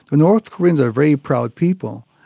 the north koreans are very proud people,